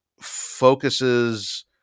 focuses